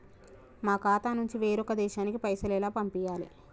మా ఖాతా నుంచి వేరొక దేశానికి పైసలు ఎలా పంపియ్యాలి?